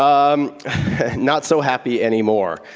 um not so happy anymore.